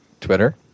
Twitter